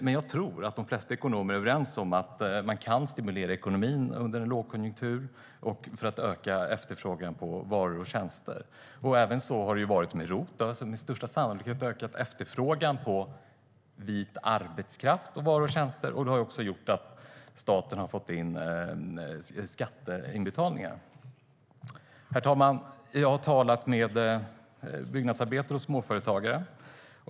Men jag tror att de flesta ekonomer är överens om man kan stimulera ekonomin under en lågkonjunktur för att öka efterfrågan på varor och tjänster. Så har det varit även med ROT-avdraget. Det har med största sannolikhet ökat efterfrågan på vit arbetskraft och vita varor och tjänster, och det har gjort att staten har fått in skatteinbetalningar. Herr talman! Jag har talat med byggnadsarbetare och småföretagare.